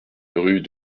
rue